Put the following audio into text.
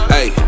Hey